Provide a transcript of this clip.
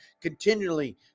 continually